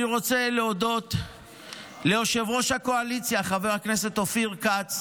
אני רוצה להודות ליושב-ראש הקואליציה חבר הכנסת אופיר כץ,